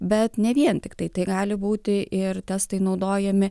bet ne vien tiktai tai gali būti ir testai naudojami